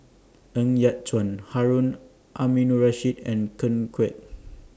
Ng Yat Chuan Harun Aminurrashid and Ken Kwek